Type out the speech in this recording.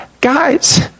Guys